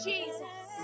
Jesus